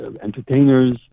entertainers